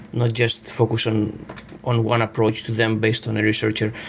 not just focus on on one approach to them based on a researcher.